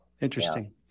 Interesting